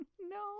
no